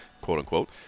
quote-unquote